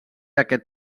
aquest